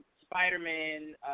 Spider-Man